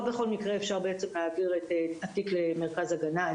בכל מקרה אפשר העביר את התיק למרכז הגנה,